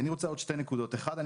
אני רוצה עוד שתי נקודות: ראשית,